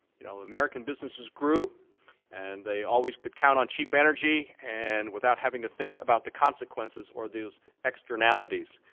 you know, american businesses grew and they always could count on cheap energy and without having to think about the consequences or those externalities.